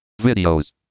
Videos